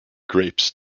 grapes